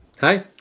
Hi